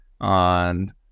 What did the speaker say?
on